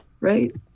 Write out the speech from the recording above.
Right